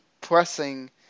pressing